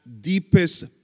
deepest